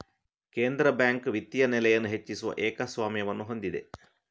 ಕೇಂದ್ರ ಬ್ಯಾಂಕ್ ವಿತ್ತೀಯ ನೆಲೆಯನ್ನು ಹೆಚ್ಚಿಸುವ ಏಕಸ್ವಾಮ್ಯವನ್ನು ಹೊಂದಿದೆ